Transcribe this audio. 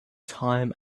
time